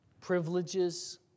privileges